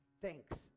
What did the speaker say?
thanks